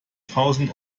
tausend